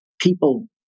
people